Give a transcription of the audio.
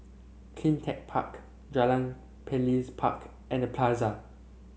CleanTech Park Jalan and The Plaza